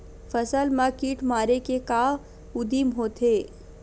फसल मा कीट मारे के का उदिम होथे?